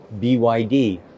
BYD